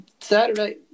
Saturday